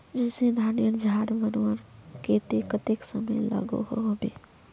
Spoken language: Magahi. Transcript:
जैसे धानेर झार बनवार केते कतेक समय लागोहो होबे?